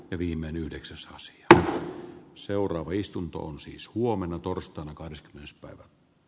viimein yhdeksäsosa tätä seuraava istunto on siis huomenna torstaina kahdeskymmenes päivä